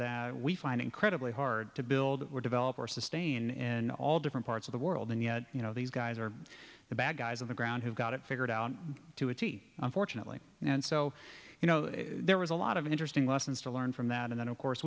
that we find incredibly hard to build develop or sustain in all different parts of the world and yet you know these guys are the bad guys on the ground who got it figured out to a tee unfortunately and so you know there was a lot of interesting lessons to learn from that and then of course